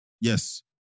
yes